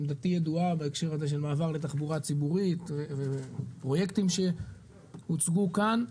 עמדתי ידועה בהקשר הזה של מעבר לתחבורה ציבורית ופרויקטים שהוצגו כאן,